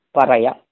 Paraya